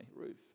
roof